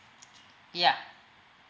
yeah